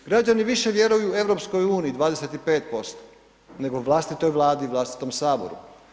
Građani više vjeruju EU, 25%, nego vlastitoj vladi, vlastitom Saboru.